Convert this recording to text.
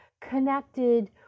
connected